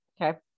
Okay